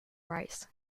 rice